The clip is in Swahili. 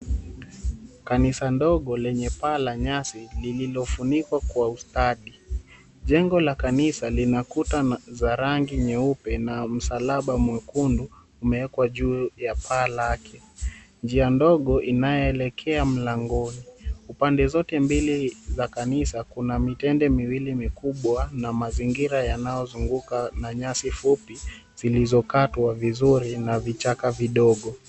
Kanisa ndogo lenye paa la nyasi lililofunikwa kwa ustadi. Jengo la kanisa lina kuta za rangi nyeupe na msalaba mwekundu umewekwa juu ya paa lake. Njia ndogo inayoelekea mlangoni. Upande zote mbili za kanisa kuna mitende miwili mikubwa na mazingira yanayozunguka na nyasi fupi zilizokatwa vizuri na vichaka vidogo.